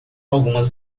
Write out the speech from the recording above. algumas